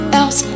else